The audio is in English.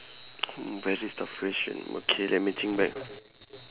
mm very tough question okay let me think back